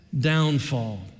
downfall